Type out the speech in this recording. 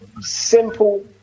simple